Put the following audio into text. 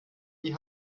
die